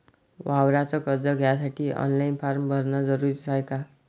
वावराच कर्ज घ्यासाठी ऑनलाईन फारम भरन जरुरीच हाय का?